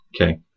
okay